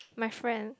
my friend